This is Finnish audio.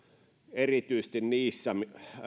erityisesti